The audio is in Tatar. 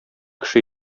кеше